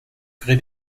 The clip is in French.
gré